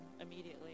immediately